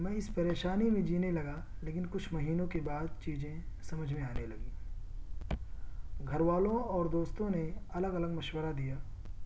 میں اس پریشانی میں جینے لگا لیکن کچھ مہینوں کے بعد چیزیں سمجھ میں آنے لگیں گھر والوں اور دوستوں نے الگ الگ مشورہ دیا